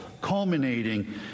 culminating